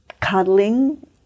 cuddling